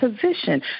position